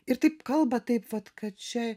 ir taip kalba taip vat kad čia